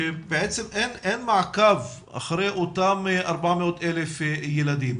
שבעצם אין מעקב אחרי אותם 400,000 ילדים,